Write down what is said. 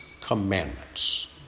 commandments